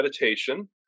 meditation